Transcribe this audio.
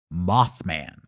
Mothman